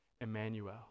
Emmanuel